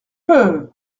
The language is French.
peuh